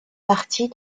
partie